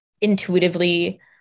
intuitively